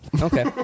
Okay